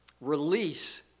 release